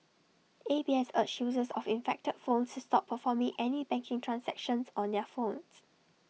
A B S urged users of infected phones to stop performing any banking transactions on their phones